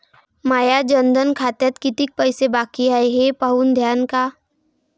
माया जनधन खात्यात कितीक पैसे बाकी हाय हे पाहून द्यान का?